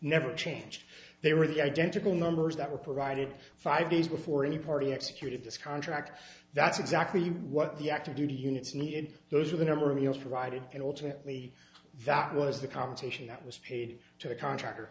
never changed they were the identical numbers that were provided five days before any party executed this contract that's exactly what the active duty units need those are the number of years provided it alternately that was the compensation that was paid to the contractor